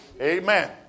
Amen